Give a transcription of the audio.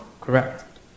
correct